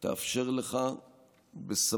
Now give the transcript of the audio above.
יאפשרו לך בסבלנות,